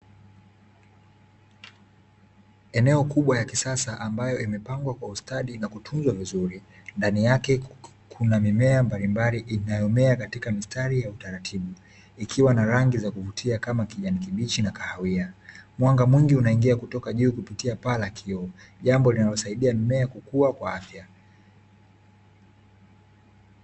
Eneo kubwa ya kisasa ambayo imepangwa kwa ustadi na kutunzwa vizuri ndani yake. Kuna mimea mbalimbali inayomea katika mistari ya utaratibu, ikiwa na rangi za kuvutia kama kijani kibichi na kahawia, mwanga mwingi unaingia kutoka juu kupitia paa la kioo, jambo linalosaidia mimea kukuwa kwa afya.